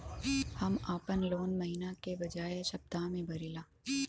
हम आपन लोन महिना के बजाय सप्ताह में भरीला